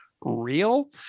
real